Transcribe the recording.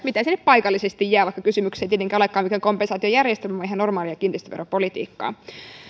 mitä sinne paikallisesti jää vaikka kysymyksessä ei tietenkään olekaan mikään kompensaatiojärjestelmä vaan ihan normaali kiinteistöveropolitiikka